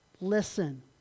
listen